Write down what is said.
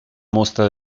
mostra